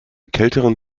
kälteren